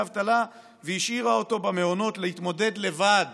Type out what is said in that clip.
אבטלה והשאירה אותו במעונות להתמודד לבד